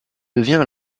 devient